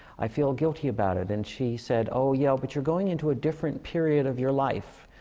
i feel guilty about it. and she said, oh, yeah, ah but you're going into a different period of your life.